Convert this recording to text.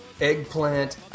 eggplant